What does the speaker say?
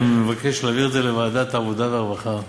אני מבקש להעביר את זה לוועדת העבודה והרווחה,